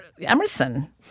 Emerson